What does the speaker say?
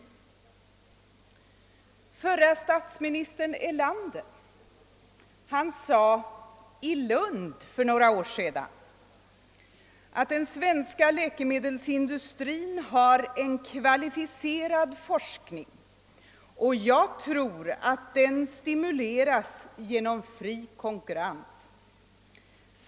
Förre statsministern Erlander sade i Lund för några år sedan: »Svensk läkemedelsindustri har en kvalificerad forskning, och jag tror att den stimuleras genom fri konkurrens.